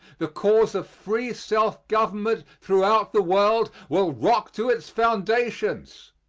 the cause of free self-government throughout the world will rock to its foundations,